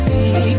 See